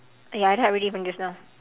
ya I rub already from just now